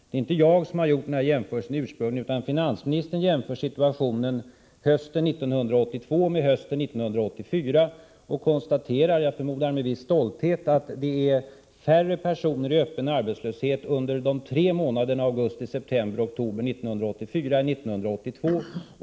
Det är inte jag som gjort jämförelsen ursprungligen, utan det är finansministern som jämför situationen hösten 1982 med hösten 1984 och konstaterar — jag förmodar med en viss stolthet — att det är färre personer i öppen arbetslöshet under de tre månaderna augusti, september och oktober 1984 än 1982.